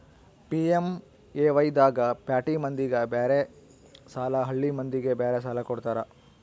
PMAY ದಾಗ ಪ್ಯಾಟಿ ಮಂದಿಗ ಬೇರೆ ಸಾಲ ಹಳ್ಳಿ ಮಂದಿಗೆ ಬೇರೆ ಸಾಲ ಕೊಡ್ತಾರ